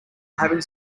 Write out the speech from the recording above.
having